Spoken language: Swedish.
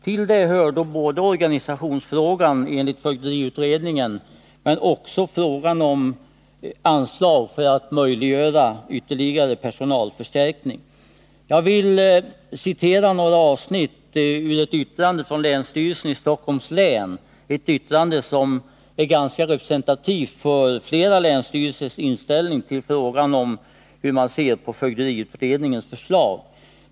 Till dem hör organisationsfrågan enligt fögderiutredningens förslag men också frågan om anslag för att möjliggöra ytterligare personalförstärkning. Jag vill citera några avsnitt ur ett yttrande från länsstyrelsen i Stockholms län — ett yttrande som är ganska representativt för flera länsstyrelsers inställning till fögderiutredningens förslag.